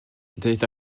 est